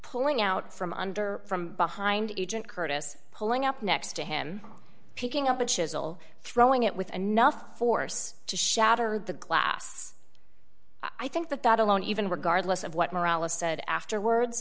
pulling out from under from behind agent curtis pulling up next to him picking up a chisel throwing it with enough force to shatter the glass i think that that alone even regardless of what morales said afterwards